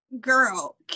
Girl